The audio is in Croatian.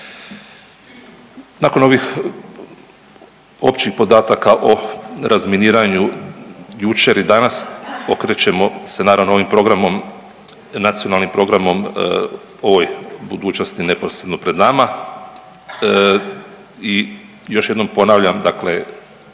Nakon ovih općih podataka o razminiranju jučer i danas okrećemo se naravno ovim programom, nacionalnim programom ovoj budućnosti neposredno pred nama i još jednom ponavljam dakle